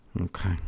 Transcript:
Okay